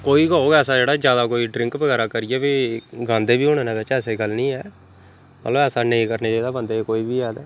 कोई गै होग ऐसा जेह्ड़ा ज्यादा कोई ड्रिंक बगैरा करियै फ्ही गांदे बी होने न बेच्च ऐसी गल्ल नेईं ऐ मतलब ऐसा नेईं करने चाहिदी बन्दे गी कोई बी ऐ ते